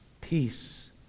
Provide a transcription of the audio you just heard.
peace